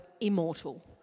immortal